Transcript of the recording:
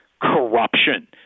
corruption